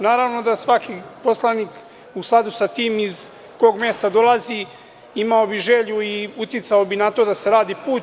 Naravno da bi svaki poslanik, u skladu sa tim iz kog mesta dolazi, imao želju i uticao bi na to da se radi put.